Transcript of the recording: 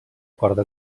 corda